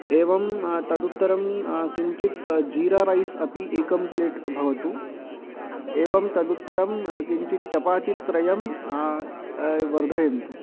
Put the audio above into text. एवं तदुत्तरं किञ्चित् जीरा रैस् अपि एकं प्लेट् अ भवतु एवं तदुत्तरं किञ्चित् चपातित्रयं वर्धयन्तु